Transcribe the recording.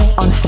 on